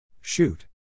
Shoot